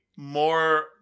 more